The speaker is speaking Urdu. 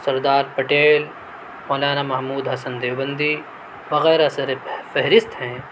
سردار پٹیل مولانا محمود حسن دیوبندی وغیرہ سر فہرست ہیں